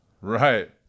Right